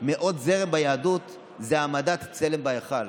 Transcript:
מעוד זרם ביהדות זו העמדת צלם בהיכל,